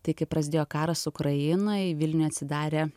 tai kai prasidėjo karas ukrainoj vilniuj atsidarė